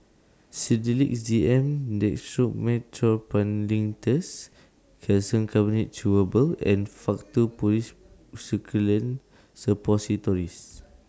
Sedilix Z M Dextromethorphan Linctus Calcium Carbonate Chewable and Faktu Policresulen Suppositories